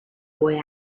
boy